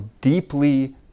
deeply